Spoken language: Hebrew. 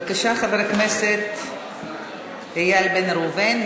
בבקשה, חבר הכנסת איל בן ראובן.